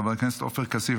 חבר הכנסת עופר כסיף,